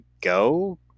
go